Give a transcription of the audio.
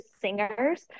singers